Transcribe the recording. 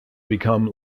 become